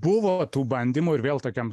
buvo tų bandymų ir vėl tokiam